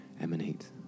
emanate